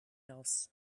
else